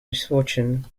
misfortune